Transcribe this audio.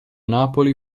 napoli